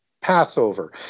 Passover